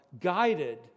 guided